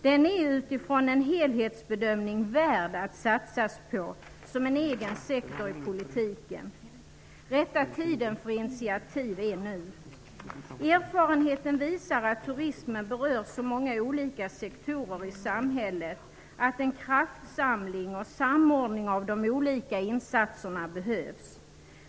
Den är utifrån en helhetsbedömning värd att satsas på som en egen sektor i politiken. Rätta tiden för initiativ är nu. Erfarenheten visar att turismen berör så många olika sektorer i samhället att en kraftsamling och samordning av de olika insatserna behövs.